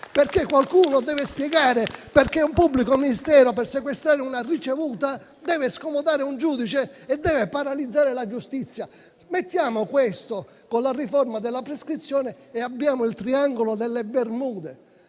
Qualcuno deve spiegare perché un pubblico ministero per sequestrare una ricevuta debba scomodare un giudice e paralizzare la giustizia. Aggiungiamo questo alla riforma della prescrizione e avremo il triangolo delle Bermude.